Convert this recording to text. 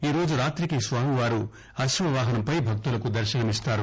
ఈరోజు రాతికి స్వామి వారు అశ్వవాహనంపై భక్తులకు దర్శనమిస్తారు